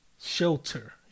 shelter